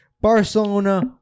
Barcelona